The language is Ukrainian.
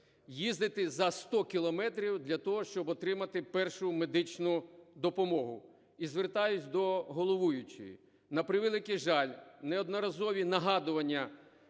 їздити за 100 кілометрів для того, щоб отримати першу медичну допомогу. І звертаюсь до головуючої. На превеликий жаль, неодноразові нагадування